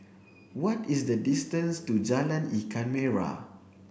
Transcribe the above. what is the distance to Jalan Ikan Merah